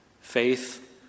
Faith